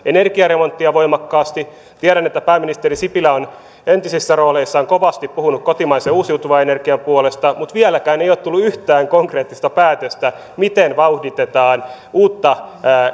energiaremonttia voimakkaasti tiedän että pääministeri sipilä on entisissä rooleissaan kovasti puhunut kotimaisen uusiutuvan energian puolesta mutta vieläkään ei ole tullut yhtään konkreettista päätöstä miten vauhditetaan uutta